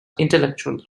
intellectual